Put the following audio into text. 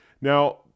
Now